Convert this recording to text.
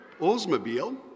Oldsmobile